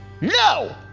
No